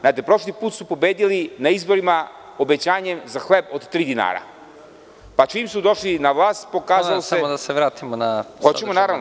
Znate, prošli put su pobedili na izborima obećanje za hleb od tri dinara, pa čim su došli na vlast pokazalo se drugo.